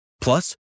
Plus